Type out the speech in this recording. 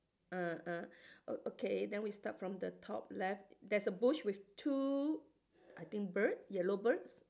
ah ah oh okay then we start from the top left there's a bush with two I think bird yellow birds